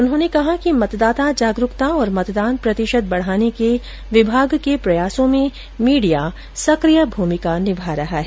उन्होंने कहा कि मतदाता जागरूकता और मतदान प्रतिशत बढ़ाने के विभाग के प्रयासों में मीडिया सक्रिय भूमिका निभा रहा है